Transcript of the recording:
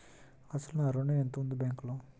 అసలు నా ఋణం ఎంతవుంది బ్యాంక్లో?